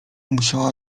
musiała